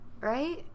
Right